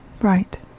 right